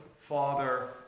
Father